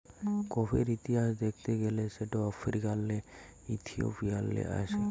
কফির ইতিহাস দ্যাখতে গ্যালে সেট আফ্রিকাল্লে ইথিওপিয়াল্লে আস্যে